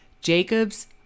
Jacobs